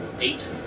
eight